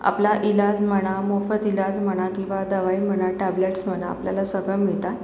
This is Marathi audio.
आपला इलाज म्हणा मोफत इलाज म्हणा किंवा दवाई म्हणा टॅबलेट्स म्हणा आपल्याला सगळं मिळतं